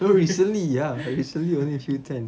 no recently ah recently only three tens